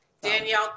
Danielle